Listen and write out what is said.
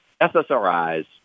SSRIs